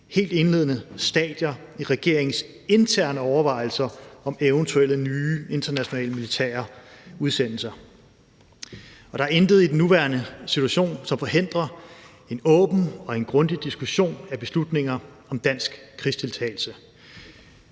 helt indledende stadier i regeringens interne overvejelser om eventuelle nye internationale militære udsendelser. Og der er intet i den nuværende situation, som forhindrer en åben og grundig diskussion af beslutninger om dansk krigsdeltagelse.